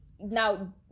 Now